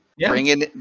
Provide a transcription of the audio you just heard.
bringing